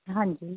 ਹਾਂਜੀ